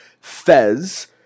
Fez